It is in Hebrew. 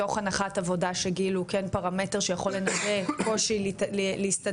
מתוך הנחת עבודה שגיל הוא כן פרמטר שיכול לנבא קושי להסתדר